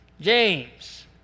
James